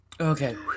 Okay